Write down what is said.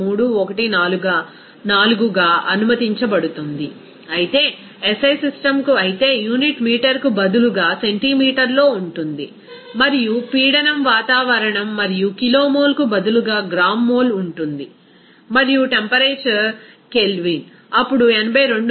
314గా అనుమతించబడుతుంది అయితే SI సిస్టమ్కు అయితే యూనిట్ మీటర్కు బదులుగా సెంటీమీటర్లో ఉంటుంది మరియు పీడనం వాతావరణం మరియు కిలోమోల్కు బదులుగా గ్రామ్ మోల్ ఉంటుంది మరియు టెంపరేచర్ కెల్విన్ అప్పుడు 82